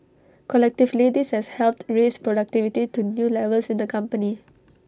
collectively this has helped raise productivity to new levels in the company